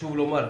חשוב לומר,